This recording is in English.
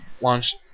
launched